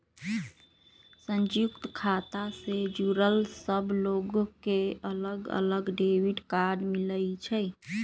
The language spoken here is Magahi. संयुक्त खाता से जुड़ल सब लोग के अलग अलग डेबिट कार्ड मिलई छई